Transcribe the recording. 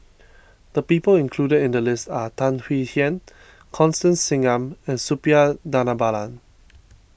the people included in the list are Tan Swie Hian Constance Singam and Suppiah Dhanabalan